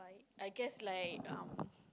I guess like um